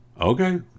Okay